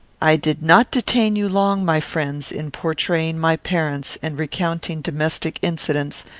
i did not detain you long, my friends, in portraying my parents, and recounting domestic incidents,